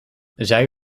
zij